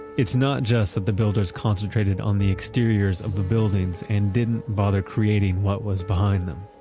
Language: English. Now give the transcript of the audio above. it's not just that the builders concentrated on the exteriors of the buildings and didn't bother creating what was behind them.